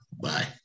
Bye